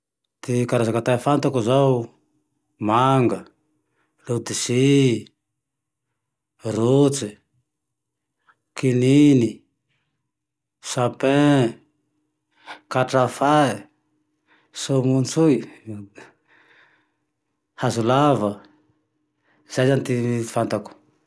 Ty karaza kata fantako zao manga lôdisy, rotsy, kininy, sapin, katrafay, somontsoy, hazo lava, zay zane ty fantako